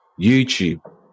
YouTube